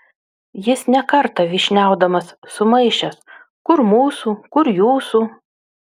jis ne kartą vyšniaudamas sumaišęs kur mūsų kur jūsų